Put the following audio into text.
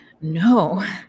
No